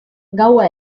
gaua